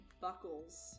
buckles